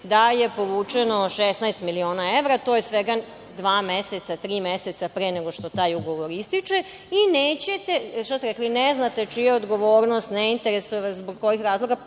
da je povučeno 16 miliona evra, to je svega dva meseca, tri meseca pre nego što taj ugovor ističe, i kažete da ne znate čija je odgovornost, ne interesuje vas zbog kojih razloga.